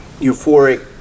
euphoric